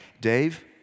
Dave